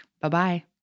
Bye-bye